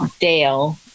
Dale